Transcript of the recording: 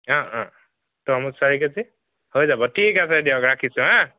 অহ অহ তৰমুজ চাৰি কেজি হৈ যাব ঠিক আছে দিয়ক ৰাখিছো হাঁ